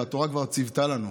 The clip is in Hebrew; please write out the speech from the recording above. התורה כבר ציוותה לנו: